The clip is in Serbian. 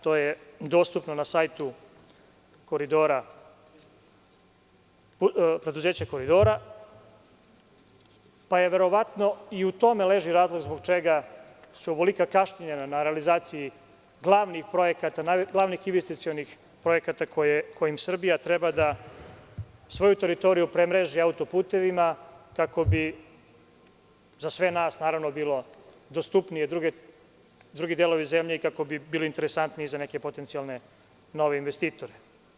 To je dostupno na sajtu preduzeća Koridora, pa verovatno i u tome leži razlog zbog čega su ovolika kašnjenja na realizaciji glavnih projekata, glavnih investicionih projekata kojim Srbija treba da svoju teritoriju premreži auto-putevima, kako bi za sve nas naravno bilo dostupniji drugi delovi zemlje, kako bi bili interesantniji za neke potencijalne nove investitore.